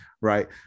right